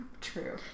True